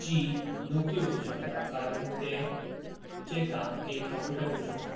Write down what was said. ची नोकरी वचूंक शकता कारण ते जें काम एक कंप्युटर करूंक शकता